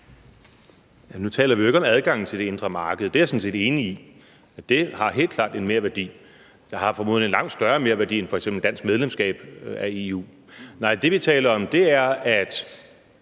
Nu taler vi jo ikke om adgangen til det indre marked. Jeg er sådan set enig i, at det helt klart har en merværdi. Det har formodentlig en langt større merværdi end f.eks. dansk medlemskab af EU. Nej, det, vi taler om, er